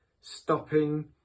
Stopping